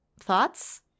thoughts